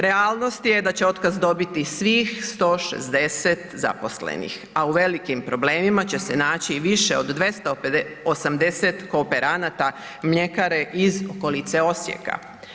Realnost je da će otkaz dobiti svih 160 zaposlenih, a u velikim problemima će se naći i više 280 kooperanata mljekare iz okolice Osijeka.